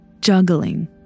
Juggling